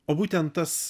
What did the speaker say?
o būtent tas